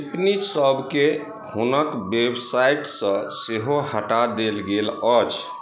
टिप्पणी सभकेँ हुनक वेबसाइटसँ सेहो हटा देल गेल अछि